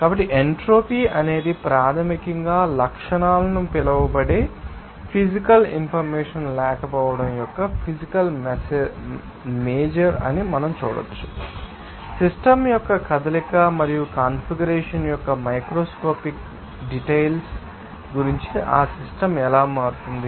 కాబట్టి ఎంట్రోపీ అనేది ప్రాథమికంగా లక్షణాలు అని పిలువబడే ఫీజికల్ ఇన్ఫర్మేషన్ లేకపోవడం యొక్క ఫీజికల్ మెజర్ అని మనం చూడవచ్చు సిస్టమ్ యొక్క కదలిక మరియు కన్ఫిగరేషన్ యొక్క మైక్రోస్కోపిక్ డిటైల్స్ గురించి ఆ సిస్టమ్ ఎలా మారుతుంది